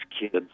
kids